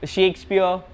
Shakespeare